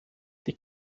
die